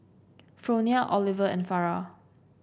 Fronia Oliver and Farrah